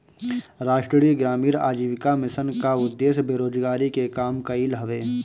राष्ट्रीय ग्रामीण आजीविका मिशन कअ उद्देश्य बेरोजारी के कम कईल हवे